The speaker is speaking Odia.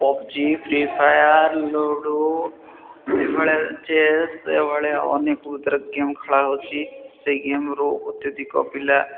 ପବ୍ଜି ଫ୍ରି ଫାୟାର୍ ଲୁଡ଼ୁ ଏଭଳିଆ ଚେସ୍ ଏଭଳିଆ ଅନେକ ଭିତରେ ଗେମ୍ ଖେଳା ହେଉଛି ସେଇ ଗେମ୍ରୁ ଅତ୍ୟଧିକ ପିଲା